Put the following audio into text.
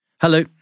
Hello